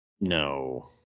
No